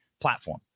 platform